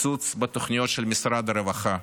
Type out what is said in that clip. הקיצוץ בתוכניות של משרד הרווחה,